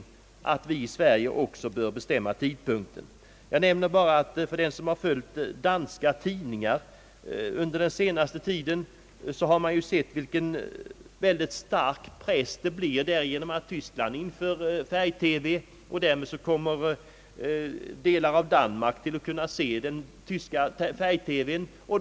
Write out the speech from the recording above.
Även detta talar för att vi i Sverige bör veta tidpunkten för införande av färg-TV. De som har följt danska tidningar under senaste tiden har sett vilken stark press det blivit på grund av att Tyskland inför färg-TV och delar av Danmark kommer att kunna se den tyska färgtelevisionen.